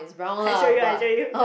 I show you I show you